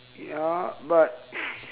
ya but